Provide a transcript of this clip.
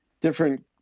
different